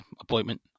appointment